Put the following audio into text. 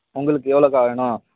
உங்களுக்கு எவ்வளோக்கா வேணும்